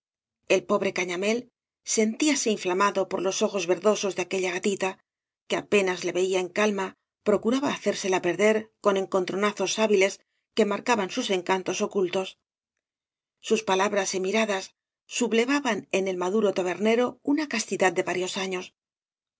el pobre cañamél sentíase inflamado por los ojos verdosos de aquella gatita que apenas le veía en calma procuraba hacérsela perder con encontronazos hábiles que marcaban sus encantos ocultos sus palabras y miradas sublevaban en el maduro tabernero una castidad de varios años